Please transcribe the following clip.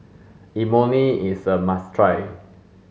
Imoni is a must try